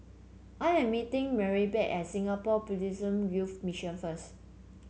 I am meeting Maribeth at Singapore Buddhist Youth Mission first